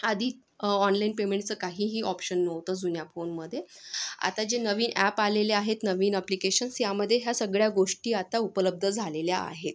आधी ऑनलाईन पेमेंटचं काहीही ऑप्शन नव्हतं जुन्या फोनमध्ये आता जे नवीन ॲप आलेले आहेत नवीन अप्लिकेशन्स यामध्ये ह्या सगळ्या गोष्टी आता उपलब्ध झालेल्या आहेत